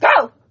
go